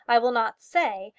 i will not say,